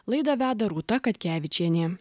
laidą veda rūta katkevičienė